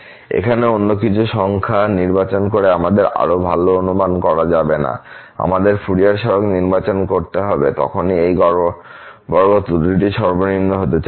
এখানে অন্য কিছু সংখ্যা নির্বাচন করে আমাদের আরও ভাল অনুমান করা যাবে না আমাদের ফুরিয়ার সহগ নির্বাচন করতে হবে তখনই এই গড় বর্গ ত্রুটিটি সর্বনিম্ন হতে চলেছে